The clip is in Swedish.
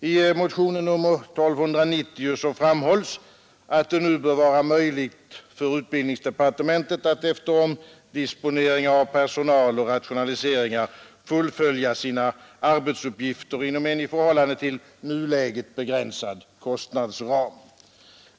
I motionen 1290 framhålles att det nu bör vara möjligt för utbildningsdepartementet att efter omdisponering av personal och rationaliseringar fullfölja sina arbetsuppgifter inom en i förhållande till nuläget begränsad kostnadsram.